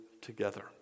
together